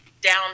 down